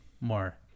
more